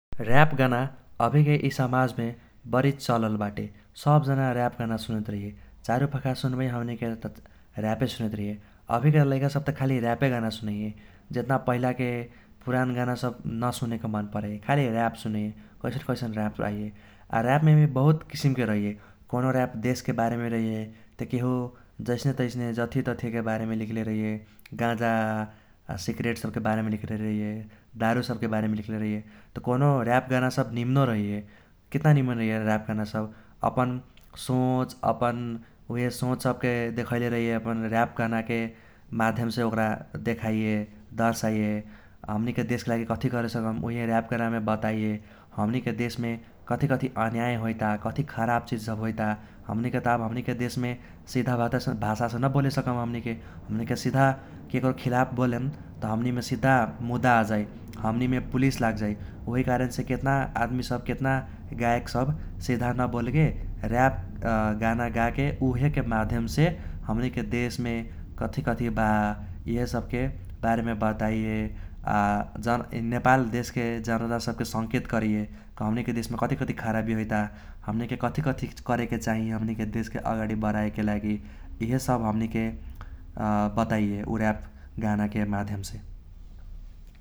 र्याप गाना अभीके यी समाजमे बरी चलल बाटे। सब जना र्याप गाना सुनैत रहैये। चारुपखा सुनबै हमनिके त र्यापे सुनैत रहैये। अभीके लैका सब त खाली र्यापे गाना सुनैये। जेतना पहिलाके पुरान गाना सब नसुनेके मन परैये, खाली र्याप सुनैये, कैसन कैसन र्याप आईये। आ र्याप मे भी बहुत किसिमके रहैये कोनो र्याप देशके बारेमे रहैये त केहु जैसने तैसने जतीये तथीयेके बारेमे लिखले रहैये। गाजा, आ सिग्रेट सबके बारेमे लिखले रहैये, दारु सबके बारेमे लिखले रहैये। त कोनो र्याप गाना सब निमनो रहैये, केतना निमन रहैये र्याप गाना सब। अपन सोच, अपन उहे सोच सबके देखैले रैहे अपन र्याप गानाके माध्यमसे, ओक्रा देखैये, दर्साईये। हमनिके देशके लागि कथी करे सकम उहे र्याप गाना के बताइये। हमनिके देशमे कथी कथी अनन्याय होईता, कथी खराब चीज सब होईता, हमनिके त अब हमनिके देशमे सीधा भासासे त नबोले सकम हमनिके। हमनिके सीधा केक्रो खिलाफ बोलेम त हमनिमे सीधा मुद्दा आजै, हमनिमे पुलिस लागजै। ओहि कारणसे केतना आदमी सब केतना गायक सब सीधा नबोलके र्याप गाना गाके उहेके माध्यमसे हमनिके देशमे कथी कथी बा इहे सबके बारेमे ताइये। आ जब नेपाल देशके जनता सबके संकेत करैये। हमनिके देशमे कथी कथी खराबी होईता, हमनिके कथी कथी करेके चाही हमनिके देशके अगाडि बढाईके लागि इहे सब हमनिके बताइये ऊ र्याप गानाके माध्यमसे।